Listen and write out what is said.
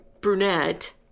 Brunette